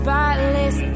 Spotless